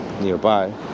nearby